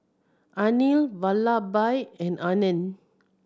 Anil Vallabhbhai and Anand